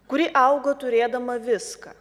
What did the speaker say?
kuri augo turėdama viską